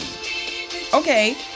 Okay